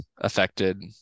affected